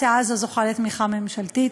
ההצעה הזו זוכה לתמיכה ממשלתית.